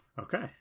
okay